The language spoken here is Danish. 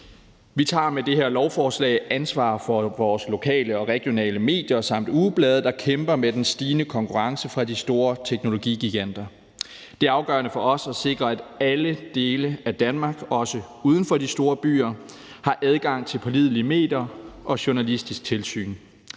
Vi tager med det her lovforslag ansvar for vores lokale og regionale medier samt ugeblade, der kæmper med den stigende konkurrence fra de store teknologigiganter. Det er afgørende for os at sikre, at alle dele af Danmark, også de områder, der ligger uden for de store byer, har adgang til pålidelige medier og journalistisk tilsyn.